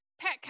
pet